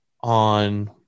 on